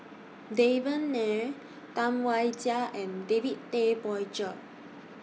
Devan Nair Tam Wai Jia and David Tay Poey Cher